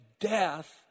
death